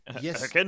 Yes